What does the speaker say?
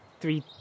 three